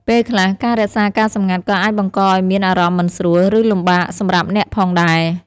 ពេលខ្លះ ការរក្សាការសម្ងាត់ក៏អាចបង្កឱ្យមានអារម្មណ៍មិនស្រួល ឬលំបាកសម្រាប់អ្នកផងដែរ។